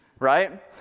right